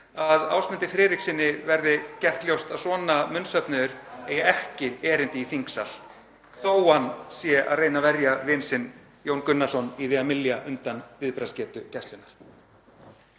að Ásmundi Friðrikssyni verði gert ljóst að svona munnsöfnuður eigi ekki erindi í þingsal þó að hann sé að reyna að verja vin sinn, Jón Gunnarsson, í því að mylja undan viðbragðsgetu Gæslunnar.